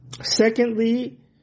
Secondly